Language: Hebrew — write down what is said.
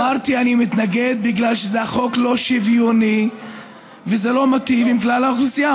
אמרתי שאני מתנגד כי החוק לא שוויוני ולא מיטיב עם כלל האוכלוסייה,